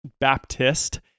Baptist